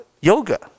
Yoga